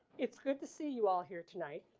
it's good to see you all here tonight.